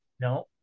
No